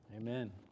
Amen